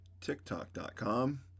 tiktok.com